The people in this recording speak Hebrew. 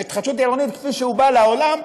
כפי שהוא בא לעולם,